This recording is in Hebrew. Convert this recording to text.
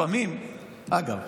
אגב,